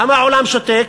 למה העולם שותק?